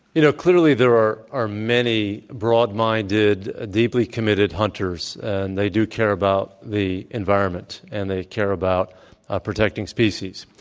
you know, clearly there are are many broad-minded, deeply committed hunters and they do care about the environment and they care about protecting species.